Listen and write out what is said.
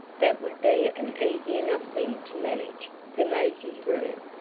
that would be an easy enough thing to manage, for maisie's room,